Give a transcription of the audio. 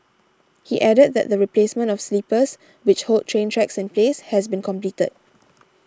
he added that the replacement of sleepers which hold train tracks in place has been completed